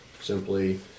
simply